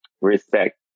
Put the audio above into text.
Respect